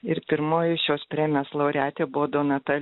ir pirmoji šios premijos laureatė buvo donata